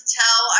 tell